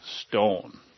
stone